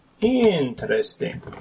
Interesting